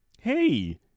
hey